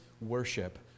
worship